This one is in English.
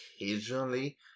occasionally